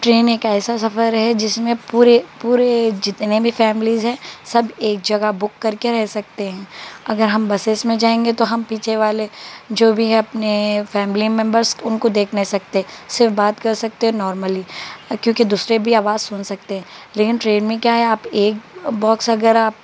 train ایک ایسا سفر ہے جس میں پورے پورے جتنے بھی فیملیز ہیں سب ایک جگہ بک کر کے رہ سکتے ہیں اگر ہم بسیز میں جائیں گے تو ہم پیچھے والے جو بھی ہیں اپنے فیملی میمبرس ان کو دیکھ نہیں سکتے صرف بات کر سکتے ہیں نارملی کیونکہ دوسرے بھی آواز سن سکتے ہیں لیکن ٹرین میں کیا ہے آپ ایک باکس اگر آپ